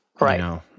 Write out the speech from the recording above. right